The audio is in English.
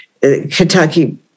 Kentucky